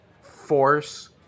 force